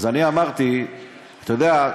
אתה יודע,